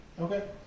Okay